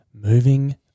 Moving